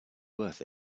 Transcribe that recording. worth